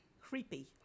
creepy